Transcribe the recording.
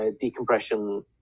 decompression